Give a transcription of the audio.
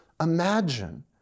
imagine